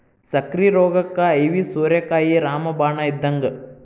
ಸಕ್ಕ್ರಿ ರೋಗಕ್ಕ ಐವಿ ಸೋರೆಕಾಯಿ ರಾಮ ಬಾಣ ಇದ್ದಂಗ